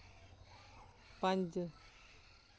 पंज